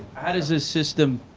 how does this system,